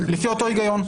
לפי אותו היגיון.